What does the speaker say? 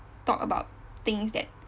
talk about things that